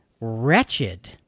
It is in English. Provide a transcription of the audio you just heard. wretched